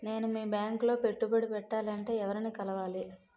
నేను మీ బ్యాంక్ లో పెట్టుబడి పెట్టాలంటే ఎవరిని కలవాలి?